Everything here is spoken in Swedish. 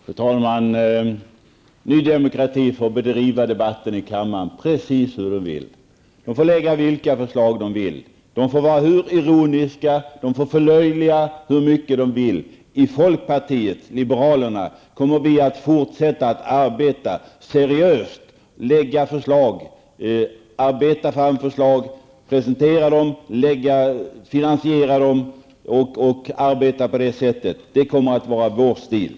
Fru talman! Ny Demokrati får bedriva debatten i kammaren precis hur de vill. De får lägga vilka förslag de vill. De får vara hur ironiska de vill, och de får förlöjliga hur mycket de vill. I folkpartiet liberalerna kommer vi att fortsätta att arbeta seriöst, dvs. arbeta fram förslag, presentera dem och finansiera dem. Det kommer att vara vår stil.